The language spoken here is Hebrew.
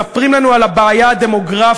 מספרים לנו על הבעיה הדמוגרפית,